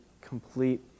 complete